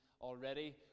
already